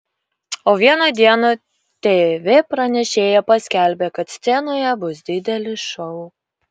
o vieną dieną tv pranešėja paskelbė kad scenoje bus didelis šou